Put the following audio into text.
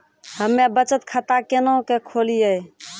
हम्मे बचत खाता केना के खोलियै?